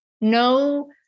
no